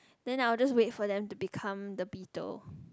then I will just wait for them to become the beetle